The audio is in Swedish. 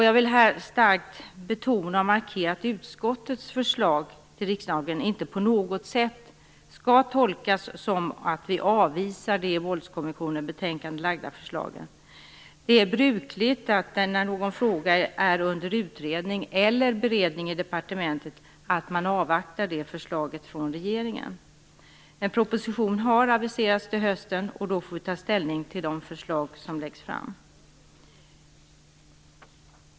Jag vill här starkt markera att utskottets yrkanden inte på något sätt skall tolkas så att vi avvisar de i Våldskommissionens betänkande framlagda förslagen. Det är brukligt att när någon fråga är under utredning eller beredning i departementet avvakta förslagen från regeringen. En proposition har aviserats till hösten, och vi får då ta ställning till de förslag som läggs fram.